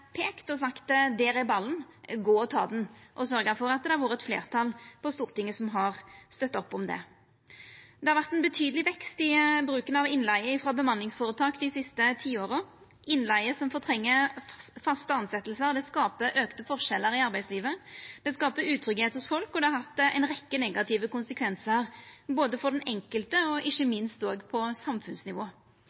og sagt: Der er ballen, gå og ta han – og slik har sørgt for at det har vore eit fleirtal på Stortinget som har støtta opp om det. Det har vore ein betydeleg vekst i bruken av innleige frå bemanningsføretak dei siste tiåra. Innleige som fortrengjer faste tilsetjingar, skaper auka forskjellar i arbeidslivet, det skaper utryggleik hos folk, og det har hatt ei rekkje negative konsekvensar både for den enkelte og ikkje minst på samfunnsnivå.